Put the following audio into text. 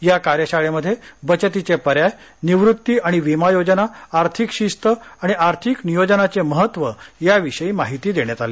या कार्यशाळेमध्ये बचतीचे पर्याय निवृत्ती आणि विमा योजना आर्थिक शिस्त आणि आर्थिक नियोजनाचे महत्व या विषयी माहिती देण्यात आली